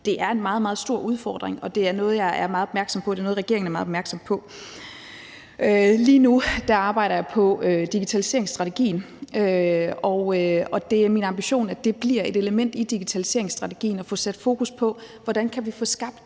en meget, meget stor udfordring, og det er noget, jeg er meget opmærksom på. Det er noget, regeringen er meget opmærksom på. Lige nu arbejder jeg på digitaliseringsstrategien, og det er min ambition, at det bliver et element i digitaliseringsstrategien at få sat fokus på, hvordan vi kan få